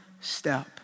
step